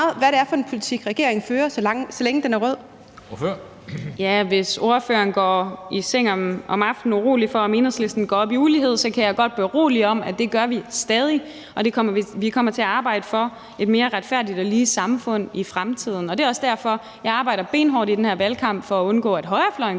Kl. 14:19 Mai Villadsen (EL): Hvis ordføreren går i seng om aftenen urolig for, om Enhedslisten går op i ulighed, kan jeg godt berolige med, at det gør vi stadig, og at vi kommer til at arbejde for et mere retfærdigt og lige samfund i fremtiden. Det er også derfor, jeg arbejder benhårdt i den her valgkamp for at undgå, at højrefløjen kommer